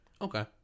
Okay